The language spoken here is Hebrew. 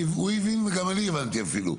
חיים הוא הבין וגם אני הבנתי אפילו,